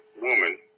woman